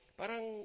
parang